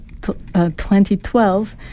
2012